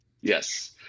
Yes